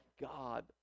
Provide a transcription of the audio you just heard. God